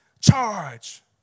charge